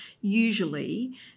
usually